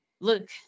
Look